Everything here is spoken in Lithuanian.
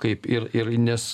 kaip ir ir nes